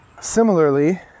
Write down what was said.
Similarly